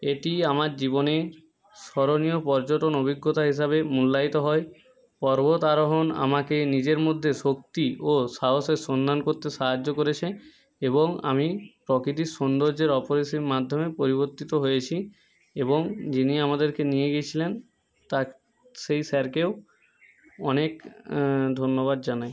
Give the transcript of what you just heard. এটি আমার জীবনের স্মরণীয় পর্যটন অভিজ্ঞতা হিসাবে মূল্যায়িত হয় পর্বত আরোহণ আমাকে নিজের মধ্যে শক্তি ও সাহসের সন্ধান করতে সাহায্য করেছে এবং আমি প্রকৃতির সুন্দর্যের অপরিসীম মাধ্যমে পরিবর্তিত হয়েছি এবং যিনি আমাদেরকে নিয়ে গিয়েছিলেন সেই স্যারকেও অনেক ধন্যবাদ জানাই